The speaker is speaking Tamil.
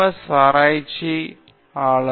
S ஆராய்ச்சி ஆய்வாளர்